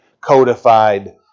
codified